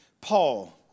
Paul